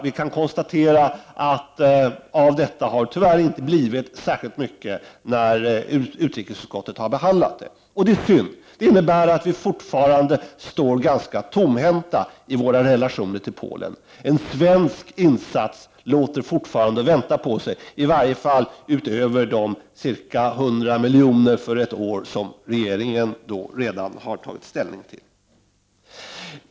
Vi kan konstatera att av detta har tyvärr inte blivit särskilt mycket när utrikesutskottet har behandlat förslaget. Det är synd. Det innebär att vi fortfarande står ganska tomhänta i våra relationer till Polen. Svenska insatser låter fortfarande vänta på sig, i varje fall utöver de ca 100 miljoner för ett år som regeringen redan har tagit ställning till.